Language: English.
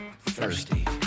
thirsty